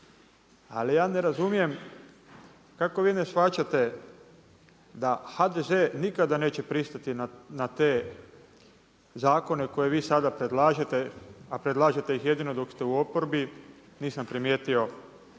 Ali ja ne razumijem kako vi ne shvaćate da HDZ nikada neće pristati na te zakone koje vi sada predlažete, a predlažete ih jedino dok ste u oporbi. Nisam primijetio